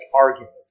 argument